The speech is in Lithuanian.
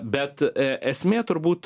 bet e esmė turbūt